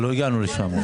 אבל לא הגענו לשם.